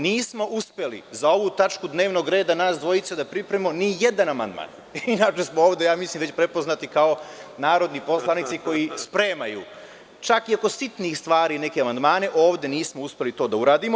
Nismo uspeli za ovu tačku dnevnog reda nas dvojica da pripremimo nijedan amandman iako smo, ja mislim, ovde već prepoznati kao narodni poslanici koji spremaju, čak i oko sitnih stvari neke amandmane, ovde nismo uspeli to da uradimo.